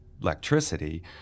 electricity